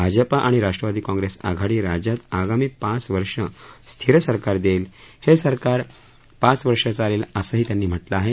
भाजपा आणि राष्ट्रवादी काँप्रेस आघाडी राज्यात आगामी पाच वर्षे स्थीर सरकार देईल हे सरकार पाच वर्ष चालेल असंही त्यांनी म्हा ठिं आहे